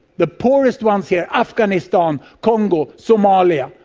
the poorest ones here, afghanistan, congo, somalia,